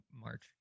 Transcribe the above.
march